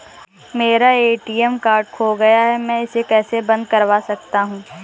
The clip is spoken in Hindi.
मेरा ए.टी.एम कार्ड खो गया है मैं इसे कैसे बंद करवा सकता हूँ?